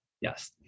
Yes